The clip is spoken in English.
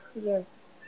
yes